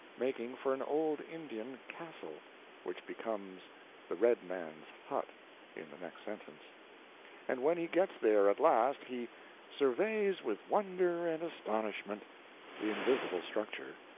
making for an old indian castle which becomes the red man's hut in the next sentence and when he gets there at last, he surveys with wonder and astonishment the invisible structure,